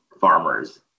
Farmers